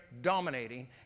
dominating